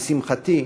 לשמחתי,